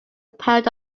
pound